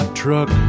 truck